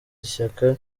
ishyaka